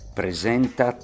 presenta